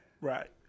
Right